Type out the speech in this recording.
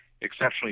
exceptionally